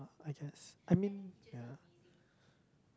I guess I mean ya